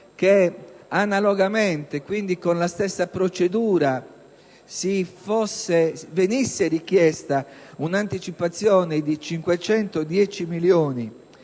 che analogamente, quindi con la stessa procedura, venisse richiesta un'anticipazione di 510 milioni